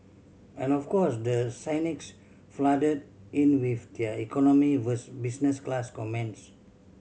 and of course the cynics flooded in with their economy vs business class comments